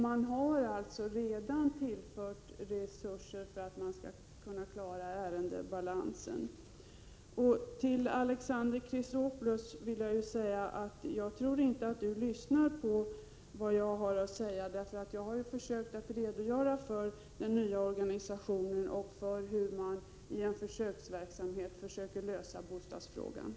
Resurser har redan tillförts för att man skall kunna klara ärendebalansen. Jagtror inte att Alexander Chrisopoulos lyssnar på vad jag har att säga. Jag har försökt att redogöra för den nya organisationen och för hur man försöker lösa bostadsfrågan i en försöksverksamhet.